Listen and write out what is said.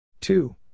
two